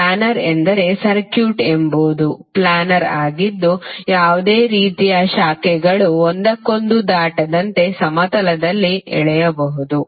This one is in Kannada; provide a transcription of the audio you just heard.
ಪ್ಲ್ಯಾನರ್ ಎಂದರೆ ಸರ್ಕ್ಯೂಟ್ ಎಂಬುದು ಪ್ಲ್ಯಾನರ್ ಆಗಿದ್ದು ಅದನ್ನು ಯಾವುದೇ ಶಾಖೆಗಳು ಒಂದಕ್ಕೊಂದು ದಾಟದಂತೆ ಸಮತಲದಲ್ಲಿ ಎಳೆಯಬಹುದು